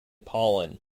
pollen